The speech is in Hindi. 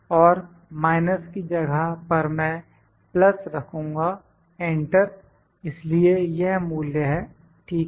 और माइनस की जगह पर मैं प्लस रखूंगा एंटर इसलिए यह मूल्य है ठीक है